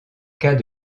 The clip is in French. cas